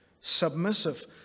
submissive